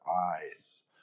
eyes